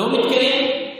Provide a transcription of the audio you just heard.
לא מתקיים?